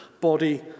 body